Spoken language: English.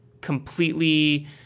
completely